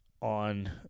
On